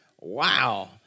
Wow